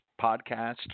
Podcast